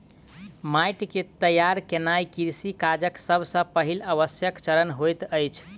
माइट के तैयार केनाई कृषि काजक सब सॅ पहिल आवश्यक चरण होइत अछि